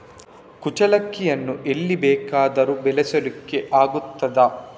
ಕುಚ್ಚಲಕ್ಕಿಯನ್ನು ಎಲ್ಲಿ ಬೇಕಾದರೂ ಬೆಳೆಸ್ಲಿಕ್ಕೆ ಆಗ್ತದ?